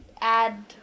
add